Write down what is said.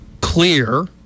clear